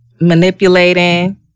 manipulating